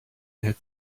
had